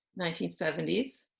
1970s